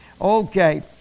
Okay